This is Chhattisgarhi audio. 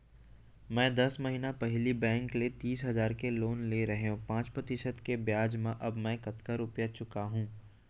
मैं दस महिना पहिली बैंक ले तीस हजार के लोन ले रहेंव पाँच प्रतिशत के ब्याज म अब मैं कतका रुपिया चुका हूँ?